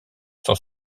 sont